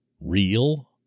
real